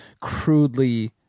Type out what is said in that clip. crudely